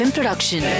Production